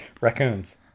Raccoons